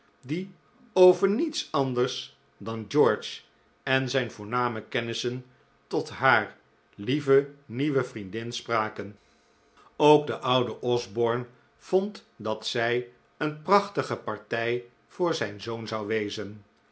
die over niets anders dan george en zijn voorname kennissen tot haar lieve nieuwe vriendin spraken ook de oude osborne vond dat zij een prachtige partij voor zijn zoon zou wezen